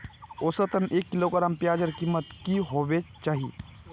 औसतन एक किलोग्राम प्याजेर कीमत की होबे चही?